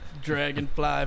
Dragonfly